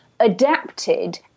adapted